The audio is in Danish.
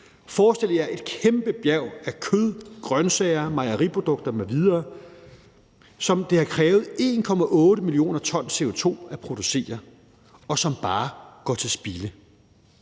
Forestil jer et kæmpe bjerg af kød, grønsager, mejeriprodukter m.v., som det har krævet 1,8 mio. t CO2 at producere, og som bare går til spilde!